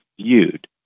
viewed